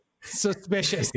Suspicious